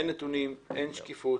אין נתונים, אין שקיפות